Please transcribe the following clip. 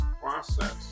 process